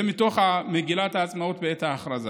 זה מתוך המגילה בעת ההכרזה.